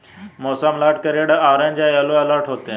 मौसम अलर्ट के red orange और येलो अलर्ट होते हैं